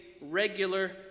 regular